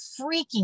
freaking